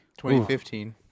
2015